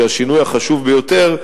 והשינוי החשוב ביותר,